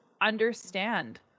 understand